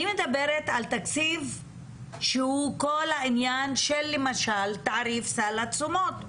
אני מדברת על תקציב שהוא כל העניין של למשל תעריף סל התשומות.